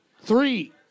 three